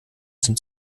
sind